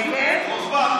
נגד אורבך,